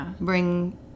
bring